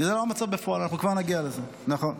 זה לא המצב בפועל, אנחנו כבר נגיע לזה, נכון.